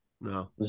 no